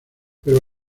pero